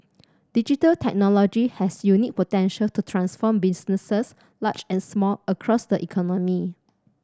digital technology has unique potential to transform businesses large and small across the economy